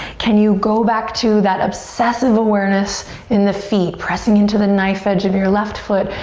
can you go back to that obsessive awareness in the feet? pressing into the knife edge of your left foot.